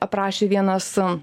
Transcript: aprašė vienas